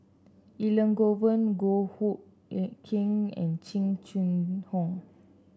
Elangovan Goh Hood Keng and Jing Jun Hong